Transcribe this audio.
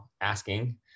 asking